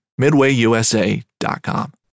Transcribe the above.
MidwayUSA.com